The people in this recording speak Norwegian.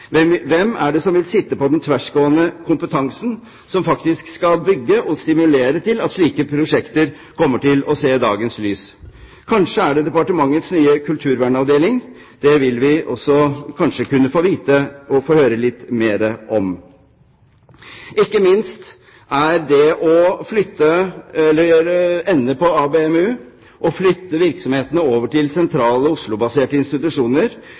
vil sitte på den tversgående kompetansen som faktisk skal bygge og stimulere til at slike prosjekter kommer til å se dagens lys? Kanskje er det departementets nye kulturvernavdeling? Det vil vi kanskje få vite og få høre litt mer om. Ikke minst er det å gjøre ende på ABM-u og flytte virksomhetene over til sentrale Oslo-baserte institusjoner